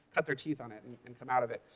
cut their teeth on it and and come out of it.